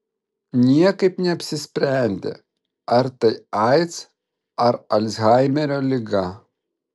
niekaip neapsisprendė ar tai aids ar alzheimerio liga